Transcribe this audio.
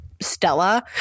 stella